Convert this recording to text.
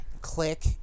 Click